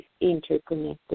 interconnected